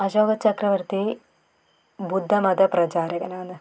അശോകചക്രവർത്തി ബുദ്ധമത പ്രചാരകനാണ്